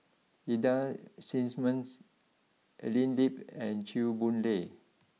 Ida Simmons Evelyn Lip and Chew Boon Lay